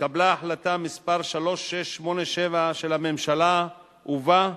התקבלה החלטה מס' 3687 של הממשלה, ובה,